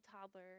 toddler